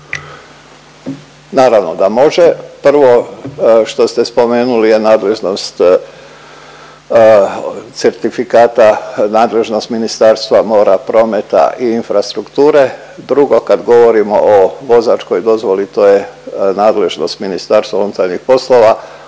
Naravno da može, prvo što ste spomenuli je nadležnost certifikata, nadležnost Ministarstva mora, prometa i infrastrukture. Drugo, kad govorimo o vozačkoj dozvoli to je nadležnost MUP-a, a policijske